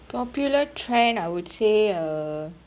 popular trend I would say uh